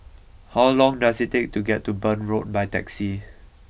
how long does it take to get to Burn Road by taxi